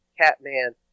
Catman